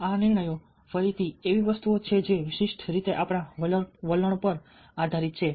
આ નિર્ણયો ફરીથી એવી વસ્તુઓ છે જે વિશિષ્ટ રીતે આપણા વલણ પર આધારિત છે